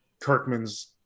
Kirkman's